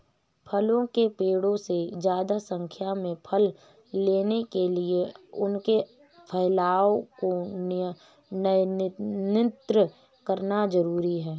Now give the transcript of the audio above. फलों के पेड़ों से ज्यादा संख्या में फल लेने के लिए उनके फैलाव को नयन्त्रित करना जरुरी है